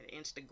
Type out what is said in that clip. Instagram